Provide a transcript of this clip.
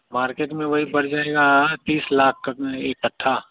market में वही पड़ जाएगा तीस लाख का म एक कट्ठा